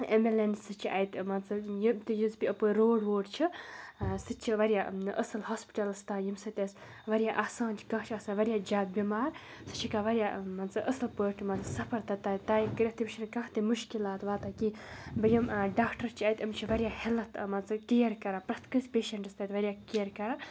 اٮ۪مبُلٮ۪نسہٕ چھِ اَتہِ مان ژٕ یہِ تہِ یُس بیٚیہِ اَپٲرۍ روڈ ووڈ چھِ سُہ تہِ چھِ واریاہ اَصٕل ہاسپِٹَلَس تام ییٚمہِ سۭتۍ اَسہِ واریاہ آسان چھِ کانٛہہ چھِ آسان واریاہ زیادٕ بِمار سُہ چھِ ہٮ۪کان واریاہ مان ژٕ أصٕل پٲٹھۍ مان ژٕ سفر تہٕ تَے تَے کٔرِتھ تٔمِس چھِنہٕ کانٛہہ تہِ مُشکلات واتان کینٛہہ بیٚیہِ یِم ڈاکٹر چھِ اَتہِ یِم چھِ واریاہ ہٮ۪لٕتھ مان ژٕ کِیَر کَران پرٛٮ۪تھ کٲنٛسہِ پیشَنٹَس سۭتۍ واریاہ کِیَر کَران